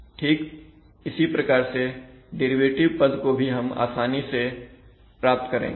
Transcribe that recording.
ठीक इसी प्रकार से डेरिवेटिव पद को भी हम आसानी से प्राप्त करेंगे